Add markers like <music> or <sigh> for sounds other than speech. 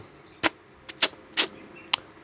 <noise>